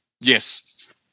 yes